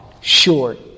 short